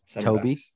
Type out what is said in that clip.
Toby